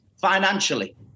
financially